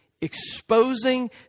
exposing